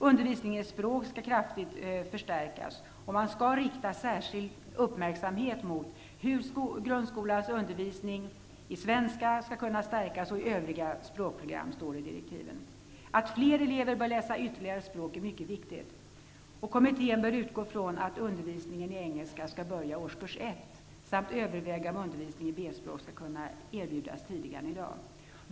Undervisningen i språk skall kraftigt förstärkas, och man skall rikta särskild uppmärksamhet på hur grundskolans undervisning i svenska och övriga språkprogram skall kunna stärkas. Att fler elever läser ytterligare språk är mycket viktigt. Kommittén bör utgå från att undervisningen i engelska skall börja i årskurs 1 och överväga om undervisning i B-språk skall kunna erbjudas tidigare än i dag.